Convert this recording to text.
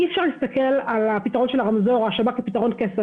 אי אפשר להסתכל על הפתרון של הרמזור או של השב"כ כפתרון קסם.